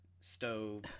stove